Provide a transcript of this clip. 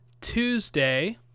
Tuesday